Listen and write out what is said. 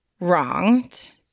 wronged